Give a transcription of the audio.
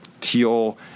teal